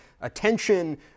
attention